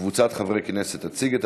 14 בעד,